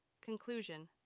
Conclusion